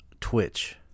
twitch